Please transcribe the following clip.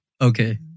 Okay